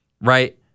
right